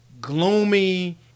gloomy